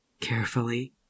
carefully